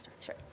Sure